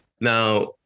Now